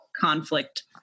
conflict